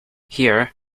here